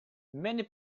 many